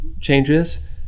changes